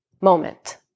moment